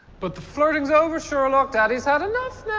but the flirting's over sherlock. daddy's had enough now.